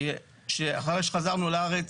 אחרי שחזרנו לארץ,